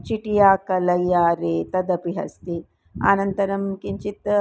चिटिया कलय्यारे तदपि अस्ति अनन्तरं किञ्चित्